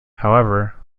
however